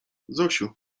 zosiu